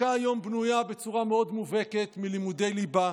החכה היום בנויה בצורה מאוד מובהקת מלימודי ליבה,